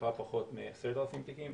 לטיפה פחות מ-10,000 תיקים,